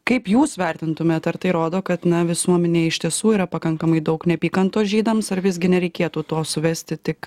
kaip jūs vertintumėt ar tai rodo kad na visuomenėj iš tiesų yra pakankamai daug neapykantos žydams ar visgi nereikėtų to suvesti tik